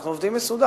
אנחנו עובדים מסודר,